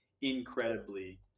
incredibly